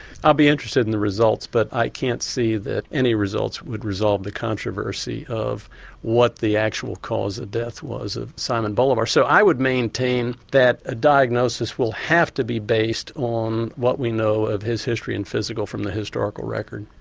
i'll be interested in the results but i can't see that any results would resolve the controversy of what the actual cause of death was of simon bolivar. so i would maintain that a diagnosis will have to be based on what we know of his history and physical from the historical record.